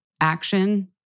action